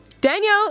Daniel